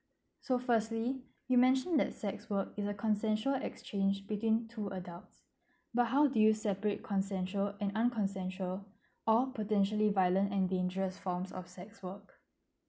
so firstly you mentioned that sex work is a consensual exchange between two adults but how did you separate consensual and unconsensual or potentially violent and dangerous from a sex work